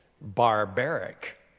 barbaric